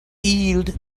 yield